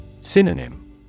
Synonym